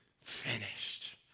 finished